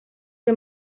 que